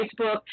Facebook